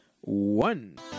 one